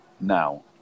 Now